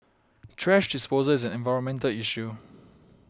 thrash disposal is an environmental issue